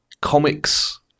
comics